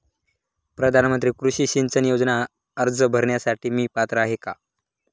प्रधानमंत्री कृषी सिंचन योजना अर्ज भरण्यासाठी मी पात्र आहे का?